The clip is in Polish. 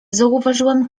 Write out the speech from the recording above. zauważyłem